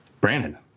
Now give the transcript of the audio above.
Brandon